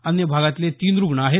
अन्य भागातले तीन रुग्ण आहेत